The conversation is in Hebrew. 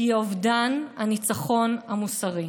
תהיה אובדן הניצחון המוסרי.